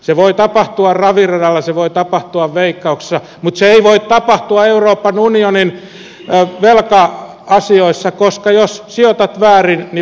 se voi tapahtua raviradalla se voi tapahtua veikkauksessa mutta se ei voi tapahtua euroopan unionin velka asioissa koska jos sijoitat väärin niin veronmaksajat maksavat